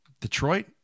Detroit